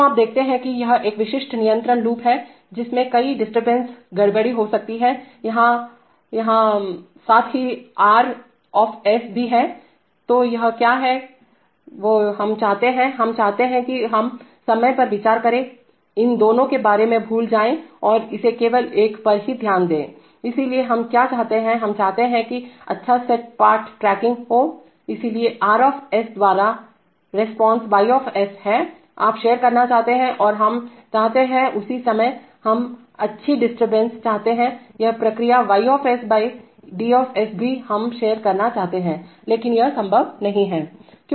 तो आप देखते हैं कि यह एक विशिष्ट नियंत्रण लूप हैजिसमें कई डिस्टर्बेंस गड़बड़ी हो सकती है यहाँ यहाँ साथ ही साथ R भी हैं तो यह वह क्या है जो हम चाहते हैं हम चाहते हैं कि हम समय पर विचार करेंइन दोनों के बारे में भूल जाएं और इसे केवल एक पर ही ध्यान देइसलिए हम क्या चाहते हैंहम चाहते हैं कि अच्छा सेट पार्ट ट्रैकिंग हो इसलिए यह R द्वारा रेस्पॉन्स Y हैआप शेयर करना चाहते हैं और हम चाहते हैं उसी समय हम अच्छी डिस्टर्बेंस गड़बड़ी चाहते हैं यह प्रतिक्रिया Y D0 भी हम शेयर करना चाहते हैंलेकिन यह संभव नहीं है